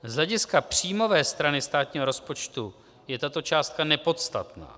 Z hlediska příjmové strany státního rozpočtu je tato částka nepodstatná.